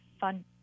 fun